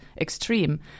extreme